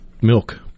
milk